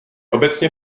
obecně